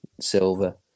Silver